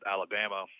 Alabama